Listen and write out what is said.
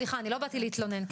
אני לא באתי להתלונן.